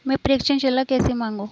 मैं प्रेषण सलाह कैसे मांगूं?